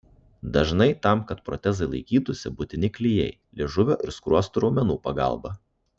dažnai tam kad protezai laikytųsi būtini klijai liežuvio ir skruostų raumenų pagalba